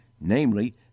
namely